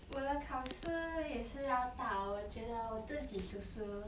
我的考试也是要到我觉得我自己读书